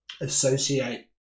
associate